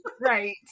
right